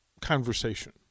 conversation